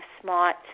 smart